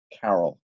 Carol